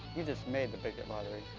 you just made the bigot lottery.